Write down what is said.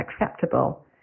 acceptable